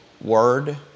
word